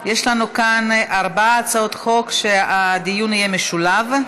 יש לנו כאן ארבע הצעות חוק שהדיון בהן יהיה משולב.